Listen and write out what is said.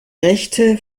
rechte